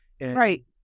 Right